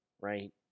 right